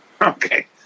Okay